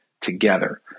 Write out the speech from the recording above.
together